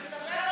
אז תספר לנו,